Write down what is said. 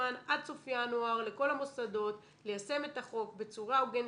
זמן עד סוף ינואר לכל המוסדות ליישם את החוק בצורה הוגנת,